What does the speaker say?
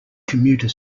commuter